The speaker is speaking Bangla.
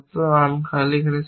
আর্ম খালি এখানে সত্য